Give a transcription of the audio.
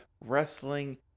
wrestling